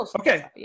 Okay